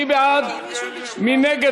מי בעד לחלופין (א)